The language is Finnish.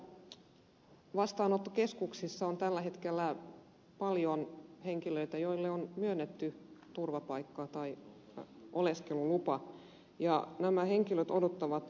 elikkä vastaanottokeskuksissa on tällä hetkellä paljon henkilöitä joille on myönnetty turvapaikka tai oleskelulupa ja nämä henkilöt odottavat kuntapaikkaa